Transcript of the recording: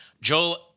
Joel